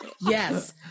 Yes